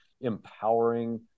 empowering